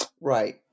right